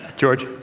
george?